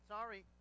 Sorry